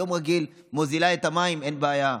ביום רגיל אין בעיה.